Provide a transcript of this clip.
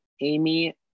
Amy